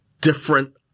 different